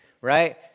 right